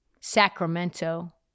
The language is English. Sacramento